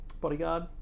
bodyguard